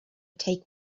take